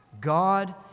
God